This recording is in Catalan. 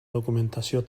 documentació